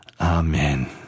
Amen